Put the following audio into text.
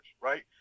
right